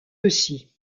aussi